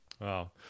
Wow